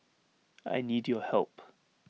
I need your help